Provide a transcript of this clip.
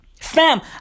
Fam